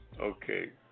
Okay